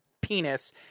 penis